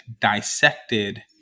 dissected